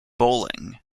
bowling